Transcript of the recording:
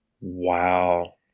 Wow